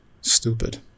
stupid